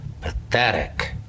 pathetic